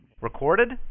Recorded